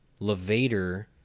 levator